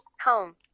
home